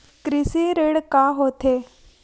कृषि ऋण का होथे?